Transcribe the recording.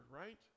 right